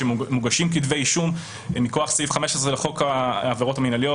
שמוגשים בהם כתבי אישום מכוח סעיף 15 לחוק העבירות המינהליות